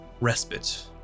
respite